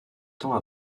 temps